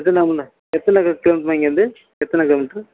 எத்தனை கிலோமீட்ரும்மா இங்கேயிருந்து எத்தனை கிலோ மீட்ரு